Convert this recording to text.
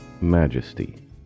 majesty